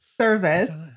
service